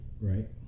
Right